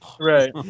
Right